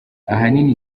ahanini